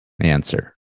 answer